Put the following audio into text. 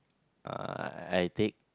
uh I take